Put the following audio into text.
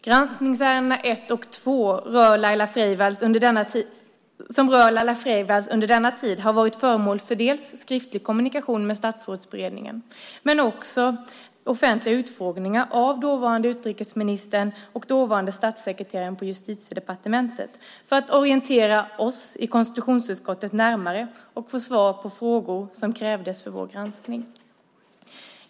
Granskningsärendena 1 och 2, som rör Laila Freivalds under denna tid, har varit föremål för skriftlig kommunikation med Statsrådsberedningen. Men det har också varit offentliga utfrågningar av dåvarande utrikesministern och dåvarande statssekreteraren på Justitiedepartementet för att de skulle orientera oss i konstitutionsutskottet närmare och ge oss svar på frågor som krävdes för vår granskning.